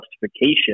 justification